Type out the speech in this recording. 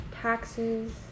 Taxes